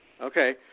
Okay